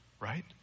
right